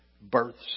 Births